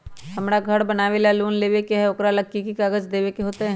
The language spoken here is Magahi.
हमरा घर बनाबे ला लोन लेबे के है, ओकरा ला कि कि काग़ज देबे के होयत?